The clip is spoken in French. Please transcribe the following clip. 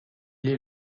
est